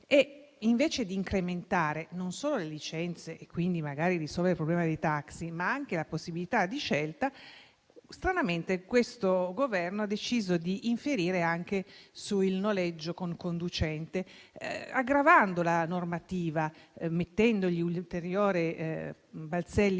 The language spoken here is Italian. Invece di incrementare non solo le licenze, e quindi magari risolvere il problema dei taxi, ma anche la possibilità di scelta, stranamente questo Governo ha deciso di infierire sul noleggio con conducente, aggravando la normativa, mettendo ulteriori balzelli